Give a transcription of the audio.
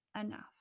enough